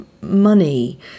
money